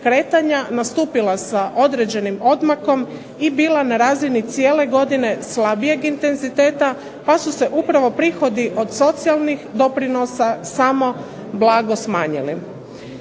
kretanja nastupila sa određenim odmakom i bila na razini cijele godine slabijeg intenziteta, pa su se upravo prihodi od socijalnih doprinosa samo blago smanjili.